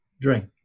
drink